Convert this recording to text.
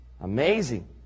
Amazing